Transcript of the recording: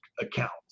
accounts